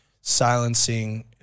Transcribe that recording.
silencing